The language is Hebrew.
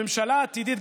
בממשלה עתידית,